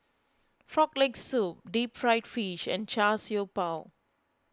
Frog Leg Soup Deep Fried Fish and Char Siew Bao